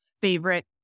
favorite